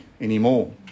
anymore